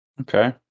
Okay